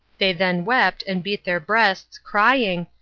they then wept and beat their breasts, crying,